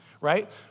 right